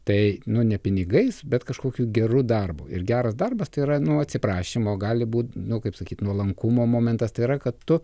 tai nu ne pinigais bet kažkokiu geru darbu ir geras darbas tai yra nu atsiprašymo gali būti nu kaip sakyt nuolankumo momentas tai yra kad tu